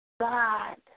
God